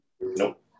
Nope